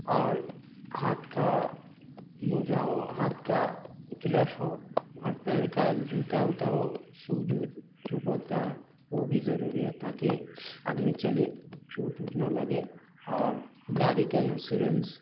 اور ہاتھ کا موزا وہ ہاتھ کا گلف ہو اور پیر کا جوتا اوتا ہو سوج اوج جو بولتا ہے وہ بھی ضروری ہے تاکہ آدمی چلے چوٹ اوٹ نہ لگے اور گاڑی کا انسورینس